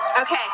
Okay